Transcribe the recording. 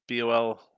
Bol